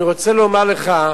אני רוצה לומר לך,